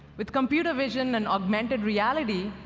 with computer vision and augmented reality,